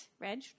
Reg